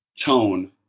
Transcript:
tone